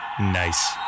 nice